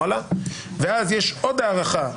ואז יש עוד הארכה,